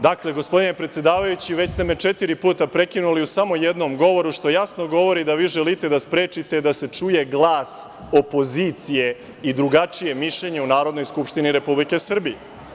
Dakle, gospodine predsedavajući, već ste me četiri puta prekinuli u samo jednom govoru, što jasno govori da vi želite da sprečite da se čuje glas opozicije i drugačije mišljenje u Narodnoj skupštini Republike Srbije.